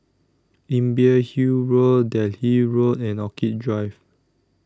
Imbiah Hill Road Delhi Road and Orchid Drive